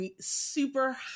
super